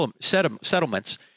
settlements